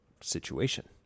situation